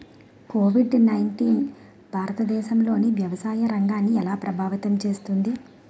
Covid nineteen భారతదేశంలోని వ్యవసాయ రంగాన్ని ఎలా ప్రభావితం చేస్తుంది?